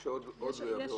או גם על עוד עבירות?